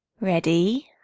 ready.